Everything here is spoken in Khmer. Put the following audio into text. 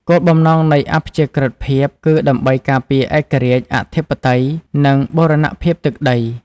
គោលបំណងនៃអព្យាក្រឹតភាពគឺដើម្បីការពារឯករាជ្យ អធិបតេយ្យ និងបូរណភាពទឹកដី។